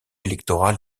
électoral